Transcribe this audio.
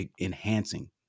enhancing